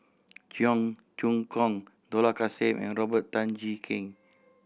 Cheong Choong Kong Dollah Kassim and Robert Tan Jee Keng